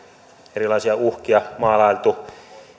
erilaisia uhkia maalailtu